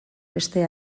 beste